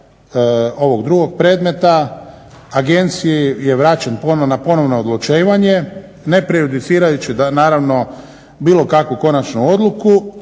ovog drugog predmeta, agenciji je vraćen na ponovno odlučivanje, ne prejudicirajući naravno bilo kakvu konačnu odluku.